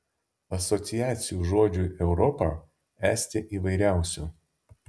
asociacijų žodžiui europa esti įvairiausių